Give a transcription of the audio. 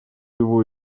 его